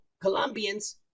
Colombians